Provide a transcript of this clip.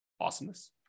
Awesomeness